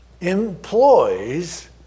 employs